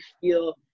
feel